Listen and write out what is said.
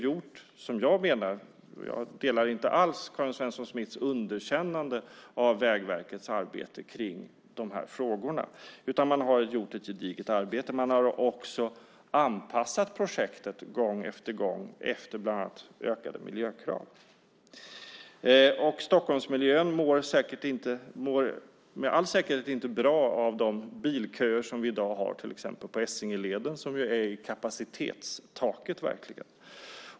Jag delar inte alls Karin Svensson Smiths underkännande av Vägverkets arbete med frågorna utan man har gjort ett gediget arbete. Man har också anpassat projektet gång efter gång till bland annat ökade miljökrav. Stockholmsmiljön mår med all säkerhet inte bra av bilköer som vi i dag har till exempel på Essingeleden, som verkligen är i kapacitetstaket.